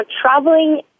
traveling